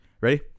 Ready